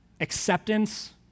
acceptance